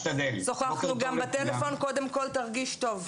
שוחחנו גם בטלפון, קודם כל תרגיש טוב.